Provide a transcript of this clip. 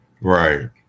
Right